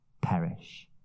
perish